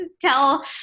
tell